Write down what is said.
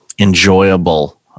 enjoyable